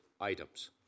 items